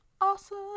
awesome